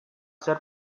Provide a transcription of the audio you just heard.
zer